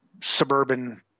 suburban